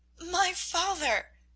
my father,